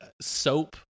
soap